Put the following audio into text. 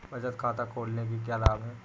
बचत खाता खोलने के क्या लाभ हैं?